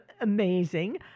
amazing